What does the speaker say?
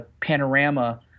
panorama